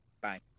Bye